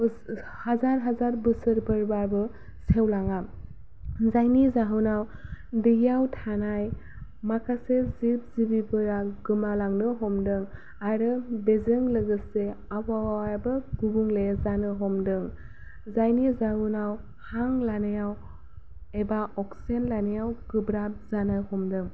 हाजार हाजार बोसोरफोरब्लाबो सेवलाङा जायनि जाहोनाव दैयाव थानाय माखासे जिब जिबिफोरा गोमा लांनो हमदों आरो बेजों लोगोसे आबहावायाबो गुबुंले जानो हमदों जायनि जावनाव हां लानायाव एबा अक्सिजेन लानायाव गोब्राब जानो हमदों